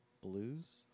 Blues